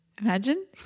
imagine